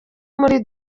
muri